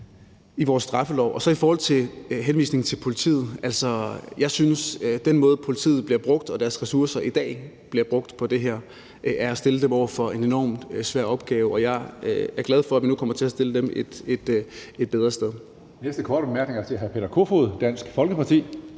i vores straffelov. Hvad angår henvisningen til politiet, vil jeg sige, at jeg synes, at i forhold til den måde, politiet og deres ressourcer i dag bliver brugt på, er det at stille dem over for en enormt svær opgave. Og jeg er glad for, at vi nu kommer til at stille dem et bedre sted.